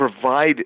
provide